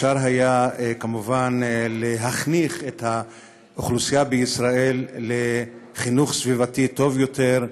לחנך את האוכלוסייה בישראל חינוך טוב יותר,